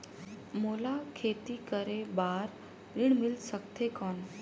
मोला खेती करे बार ऋण मिल सकथे कौन?